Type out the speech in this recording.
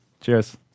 Cheers